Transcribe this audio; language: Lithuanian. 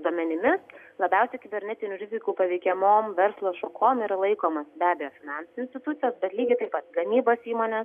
duomenimis labiausiai kibernetinių rizikų paveikiamom verslo šakom yra laikomos be abejo finansų institucijos bet lygiai taip pat gamybos įmonės